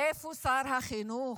איפה שר החינוך?